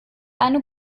eine